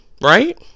right